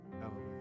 Hallelujah